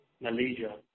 Malaysia